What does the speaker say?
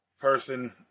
person